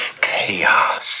chaos